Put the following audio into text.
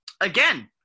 again